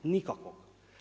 Nikakvog.